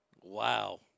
Wow